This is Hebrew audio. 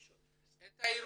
הארגונים,